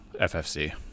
ffc